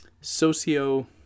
socio